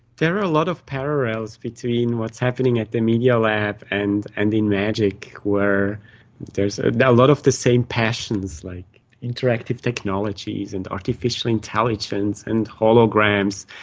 there are a lot of parallels between what's happening at the media lab and and in magic where there is ah a lot of the same passions, like interactive technologies and artificial intelligence and holograms.